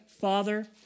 Father